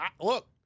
look